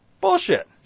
Bullshit